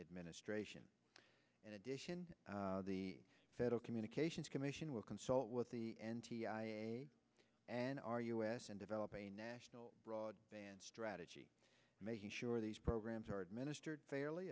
administration in addition the federal communications commission will consult with the n t i a and our u s and develop a national broadband strategy making sure these programs are administered fairly